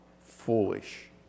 foolish